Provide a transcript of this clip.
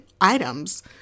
items